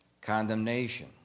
Condemnation